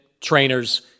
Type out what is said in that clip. trainers